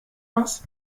was